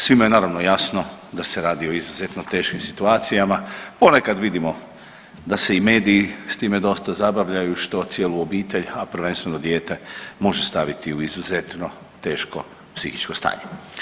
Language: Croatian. Svima je naravno jasno, da se radi o izuzetno teškim situacijama, ponekad vidimo da se i medijima s time dosta zabavljaju, što cijelu obitelj, a prvenstveno dijete može staviti u izuzetno teško psihičko stanje.